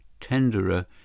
tenderer